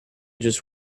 just